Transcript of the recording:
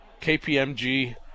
KPMG